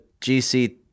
GC